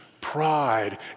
pride